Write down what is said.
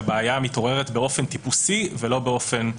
שהבעיה מתעוררת באופן טיפוסי ולא באופן פריפריאלי.